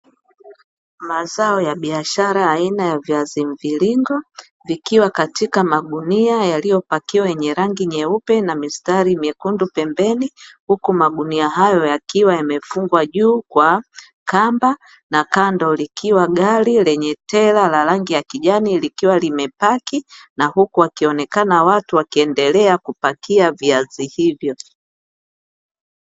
Mazao ya biashara aina ya viazi mviringo, vikiwa katika magunia yalipakiwa, yenye rangi nyeupe na mistari miekundu pembeni, huku magunia hayo yakiwa yamefungwa juu kwa kamba, na kando likiwa gari lenye tera la rangi ya kijani likiwa limepaki, na huku wakionekana watu wakiendelea kupakia viazi hivyo.